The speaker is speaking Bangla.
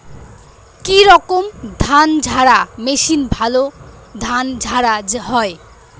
কি রকম ধানঝাড়া মেশিনে ভালো ধান ঝাড়া হয়?